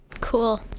Cool